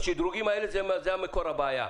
השדרוגים האלה הם מקור הבעיה.